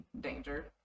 danger